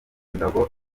imbago